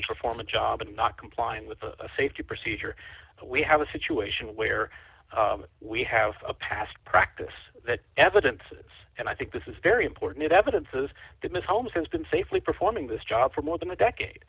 to perform a job and not complying with the safety procedure that we have a situation where we have a past practice that evidence and i think this is very important evidence is that ms holmes has been safely performing this job for more than a decade